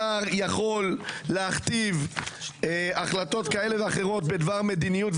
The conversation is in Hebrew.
השר יכול להכתיב החלטות כאלה ואחרות בדבר מדיניות.